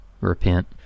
Repent